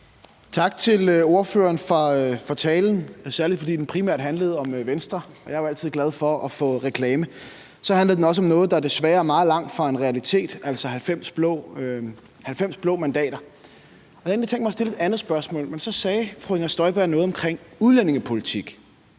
Tak til ordføreren for talen, særlig fordi den primært handlede om Venstre, og jeg er jo altid glad for at få reklame. Så handlede den også om noget, der desværre er meget langt fra en realitet, altså 90 blå mandater. Jeg havde egentlig tænkt mig at stille et andet spørgsmål, men så sagde fru Inger Støjberg noget om udlændingepolitik: